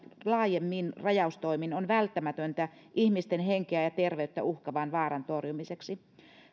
laajemmin rajaustoimin on välttämätöntä ihmisten henkeä ja terveyttä uhkaavan vaaran torjumiseksi